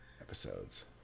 Episodes